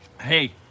Hey